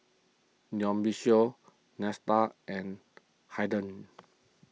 Dionicio and Haiden